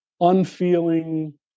unfeeling